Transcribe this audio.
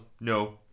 no